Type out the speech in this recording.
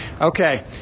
Okay